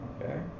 Okay